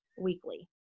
weekly